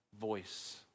voice